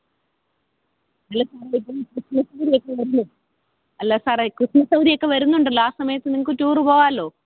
അല്ല സാറേ ഇപ്പം ക്രിസ്മസിൻ്റെ ഒക്കെ അവധിയല്ലേ അല്ല സാറേ ക്രിസ്മസവധി ഒക്കെ വരുന്നുണ്ടല്ലോ ആ സമയത്ത് നിങ്ങൾക്ക് ടൂറ് പോകാമല്ലോ